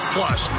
Plus